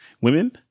Women